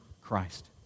Christ